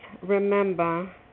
remember